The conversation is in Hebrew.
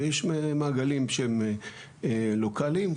ויש מעגלים שהם לוקאליים,